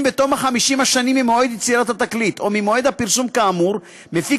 אם בתום 50 השנים ממועד יצירת התקליט או ממועד הפרסום כאמור מפיק